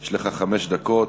יש לך חמש דקות.